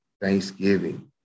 Thanksgiving